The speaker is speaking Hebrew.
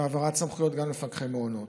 והעברת סמכויות גם למפקחי מעונות.